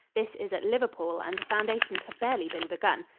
this is at liverpool and the foundations have barely been begun.